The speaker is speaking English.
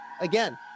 again